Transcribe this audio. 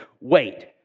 wait